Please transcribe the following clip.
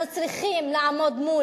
אנחנו צריכים לעמוד מול